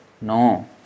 No